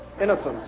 innocence